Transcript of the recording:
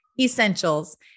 essentials